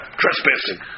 trespassing